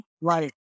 Right